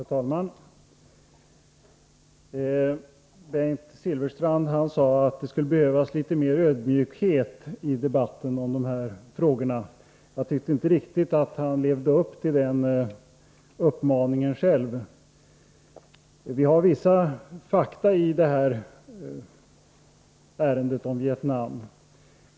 Herr talman! Bengt Silfverstrand sade att det skulle behövas litet mer ödmjukhet i debatten om de här frågorna. Jag tyckte inte riktigt att han själv levde upp till den uppmaningen. Vi har vissa fakta i ärendet om Vietnam.